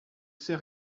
sait